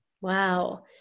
Wow